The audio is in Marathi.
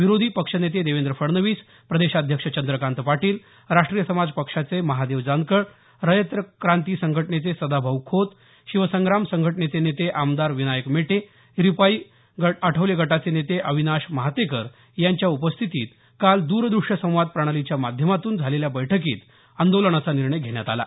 विरोधी पक्षनेते देवेंद्र फडणवीस प्रदेशाध्यक्ष चंद्रकांत पाटील राष्ट्रीय समाज पक्षाचे महादेव जानकर रयत क्रांती संघटनेचे सदाभाऊ खोत शिवसंग्राम संघटनेचे नेते आमदार विनायक मेटे रिपाई आठवले गटाचे नेते अविनाश महातेकर यांच्या उपस्थितीमधे काल दूरदृष्य संवाद प्रणालीच्या माध्यमातून झालेल्या बैठकीत आंदोलनाचा निर्णय घेण्यात आला